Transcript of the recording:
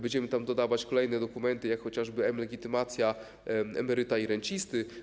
Będziemy tam dodawać kolejne dokumenty, jak chociażby mLegitymacja emeryta i rencisty.